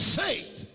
faith